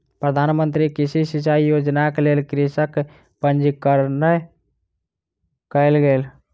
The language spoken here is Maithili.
प्रधान मंत्री कृषि सिचाई योजनाक लेल कृषकक पंजीकरण कयल गेल